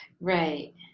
right